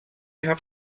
have